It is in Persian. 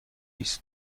است